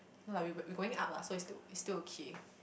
no lah we we going up lah so it's still it's still okay